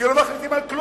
כי לא מחליטים על כלום.